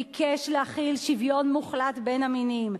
ביקש להחיל שוויון מוחלט בין המינים.